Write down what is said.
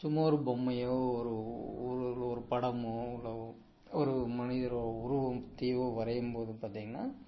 சும்மா ஒரு பொம்மையோ ஒரு ஒரு உள்ள ஒரு படமோ இல்லை ஒரு மனிதர் உருவம்த்தையோ வரையும் போது பார்த்தீங்கன்னா